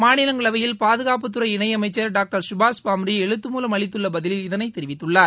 மாநிலங்களவையில் பாதுகாப்புத்துறை இணையமைச்சர் டாக்டர் சுபாஷ் பாம்ரி எழுத்துமூலம் அளித்துள்ள பதிலில் இதனை தெரிவித்துள்ளார்